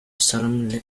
solemn